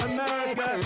America